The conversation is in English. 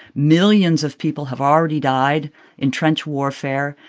millions of people have already died in trench warfare.